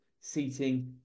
seating